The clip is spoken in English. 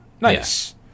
nice